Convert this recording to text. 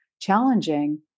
challenging